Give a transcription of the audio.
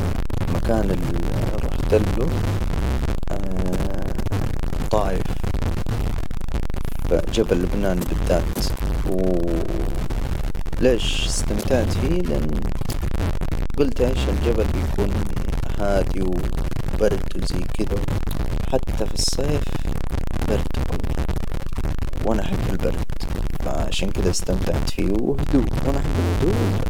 المكان ال رحت له الطائف، فجبل لبنان بالذات. و ليش استمتعت فيه؟ لأن جلت إيش، الجبل بيكون هادي وبرد وزي كدا، حتى في الصيف برد والله. وأنا أحب البرد. فعشان كدا استمتعت فيه وهدوء، وأنا أحب الهدوء والبرد.